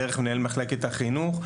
דרך מנהל מחלקת החינוך,